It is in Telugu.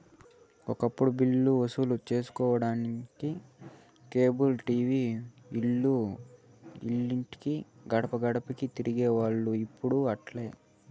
ఒకప్పుడు బిల్లులు వసూలు సేసుకొనేదానికి కేబుల్ టీవీ వాల్లు ఇంటి గడపగడపకీ తిరిగేవోల్లు, ఇప్పుడు అట్లాలే